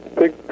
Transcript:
big